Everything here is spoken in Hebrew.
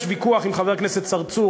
יש ויכוח עם חבר הכנסת צרצור,